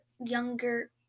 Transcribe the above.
younger